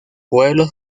pueblos